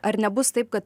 ar nebus taip kad